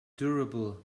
durable